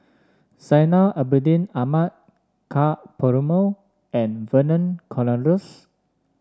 Zainal Abidin Ahmad Ka Perumal and Vernon Cornelius